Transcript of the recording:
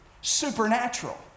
supernatural